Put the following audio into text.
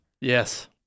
Yes